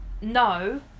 no